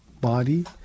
body